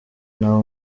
n’abo